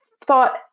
thought